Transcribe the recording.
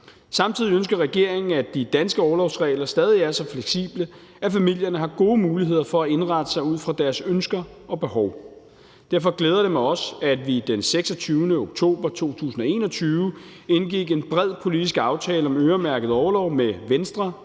Samtidig ønsker regeringen, at de danske orlovsregler stadig skal være så fleksible, at familierne har gode muligheder for at indrette sig ud fra deres ønsker og behov. Derfor glæder det mig også, at vi den 26. oktober 2021 indgik en bred politisk aftale om øremærket orlov med Venstre,